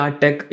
tech